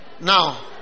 Now